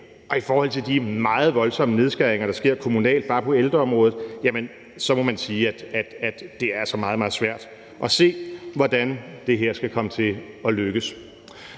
og i forhold til de meget voldsomme nedskæringer, der sker kommunalt bare på ældreområdet, må man sige, at det altså er meget, meget svært at se, hvordan det her skal komme til at lykkes.